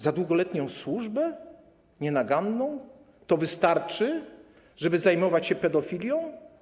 Za długoletnią służbę, nienaganną - to wystarczy, żeby zajmować się pedofilią?